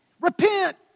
Repent